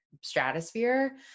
stratosphere